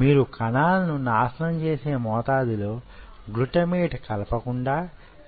మీరు కణాలను నాశనం చేసే మోతాదులో గ్లుటమేట్ కలపకుండా